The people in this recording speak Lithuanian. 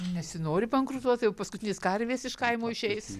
nesinori bankrutuot jau paskutinės karvės iš kaimo išeis